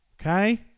okay